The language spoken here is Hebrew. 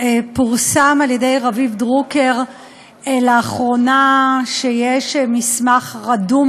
פורסם על-ידי רביב דרוקר לאחרונה שיש מסמך רדום,